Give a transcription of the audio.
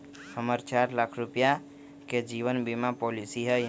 हम्मर चार लाख रुपीया के जीवन बीमा पॉलिसी हई